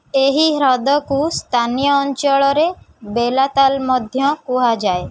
ଏହି ହ୍ରଦକୁ ସ୍ଥାନୀୟ ଅଞ୍ଚଳରେ ବେଲା ତାଲ୍ ମଧ୍ୟ କୁହାଯାଏ